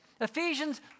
Ephesians